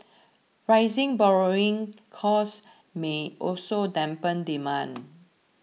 rising borrowing costs may also dampen demand